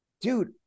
dude